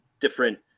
different